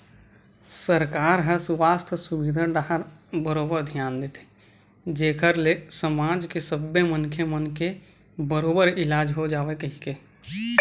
सरकार ह सुवास्थ सुबिधा डाहर बरोबर धियान देथे जेखर ले समाज के सब्बे मनखे मन के बरोबर इलाज हो जावय कहिके